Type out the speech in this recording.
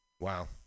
wow